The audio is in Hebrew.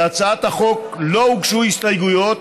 להצעת החוק לא הוגשו הסתייגויות,